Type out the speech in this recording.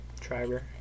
Driver